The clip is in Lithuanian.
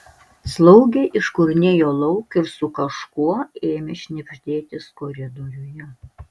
slaugė iškurnėjo lauk ir su kažkuo ėmė šnibždėtis koridoriuje